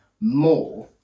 more